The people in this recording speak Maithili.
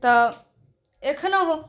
तऽ एखनहुँ